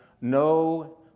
no